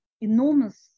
enormous